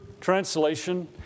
translation